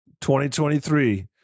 2023